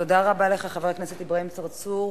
תודה רבה לך, חבר הכנסת אברהים צרצור.